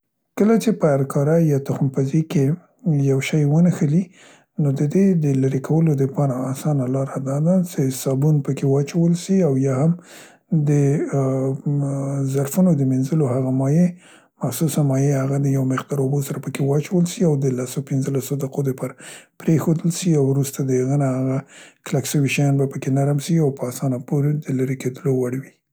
کله چې په هر کاره یا تخم پزۍ کې یو شی ونښلي نو د دې د لیرې کولو دپاره اسانه لاره دا ده څې صابون په کې واچول سي او یا هم د، ا ظرفونو د مینځلو هغه مایع، مخصوصه مایع هغه د یو مقدار اوبو سره په کې واڅول سي او د لسو پینځلسو دققو د پاره پریښودل سي، وروسته د هغه نه هغه کلک سوي شیان به په کې نرم سي او په اسانه پو د لیرې کیدلو وړ وي.